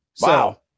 Wow